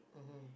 mmhmm